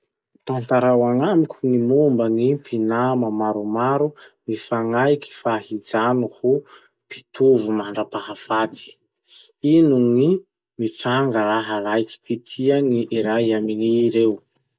Tantarao agnamiko gny momba gny mpinama maromaro mifagnaiky fa hijano ho mpitovo mandrahafaty. Ino gny mitranga raha raiki-pitia gn'iray amy ii reo?